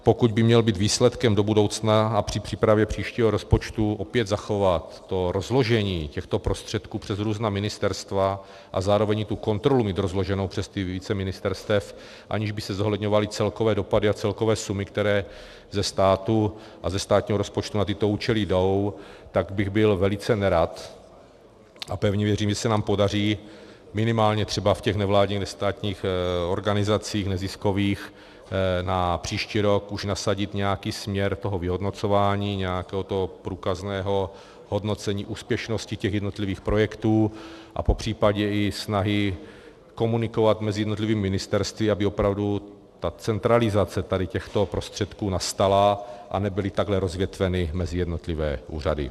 Pokud by mělo být výsledkem do budoucna a při přípravě příštího rozpočtu opět zachováno to rozložení těchto prostředků přes různá ministerstva a zároveň mít i tu kontrolu rozloženou přes více ministerstev, aniž by se zohledňovaly celkové dopady a celkové sumy, které ze státu a ze státního rozpočtu na tyto účely jdou, tak bych byl velice nerad, a pevně věřím, že se nám podaří minimálně třeba v těch nevládních, nestátních organizacích neziskových na příští rok už nasadit nějaký směr vyhodnocování, nějakého průkazného hodnocení úspěšnosti jednotlivých projektů a popřípadě i snahy komunikovat mezi jednotlivými ministerstvy, aby opravdu centralizace těchto prostředků nastala a nebyly takhle rozvětveny mezi jednotlivé úřady.